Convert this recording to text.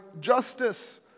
justice